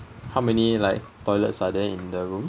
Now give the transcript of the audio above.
how many like toilets are there in the room